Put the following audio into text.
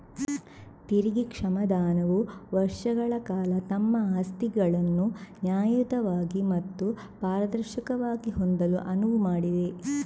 ತೆರಿಗೆ ಕ್ಷಮಾದಾನವು ವರ್ಷಗಳ ಕಾಲ ತಮ್ಮ ಆಸ್ತಿಗಳನ್ನು ನ್ಯಾಯಯುತವಾಗಿ ಮತ್ತು ಪಾರದರ್ಶಕವಾಗಿ ಹೊಂದಲು ಅನುವು ಮಾಡಿದೆ